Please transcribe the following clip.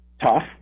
tough